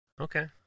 Okay